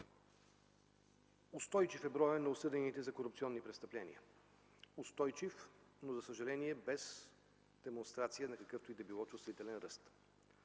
Устойчив е броят на осъдените за корупционни престъпления, устойчив, но за съжаление без демонстрация на какъвто и да било чувствителен ръст.